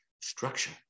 structure